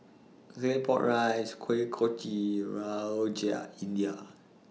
Claypot Rice Kuih Kochi Rojak India